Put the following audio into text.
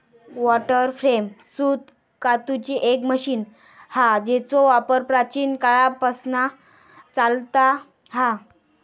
water frame सूत कातूची एक मशीन हा जेचो वापर प्राचीन काळापासना चालता हा